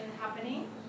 happening